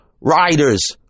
riders